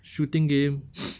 shooting game